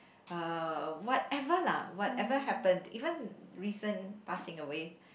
uh whatever lah whatever happened even recent passing away